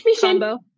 combo